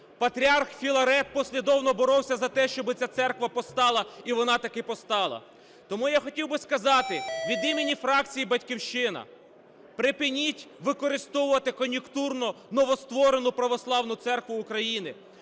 Патріарх Філарет послідовно боровся за те, щоби ця церква постала, і вона таки постала. Тому я хотів би сказати від імені фракції "Батьківщина": припиніть використовувати кон'юнктурно новостворену Православну Церкву України.